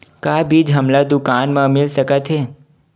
का बीज हमला दुकान म मिल सकत हे?